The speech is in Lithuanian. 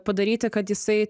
padaryti kad jisai